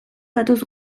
gatoz